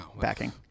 backing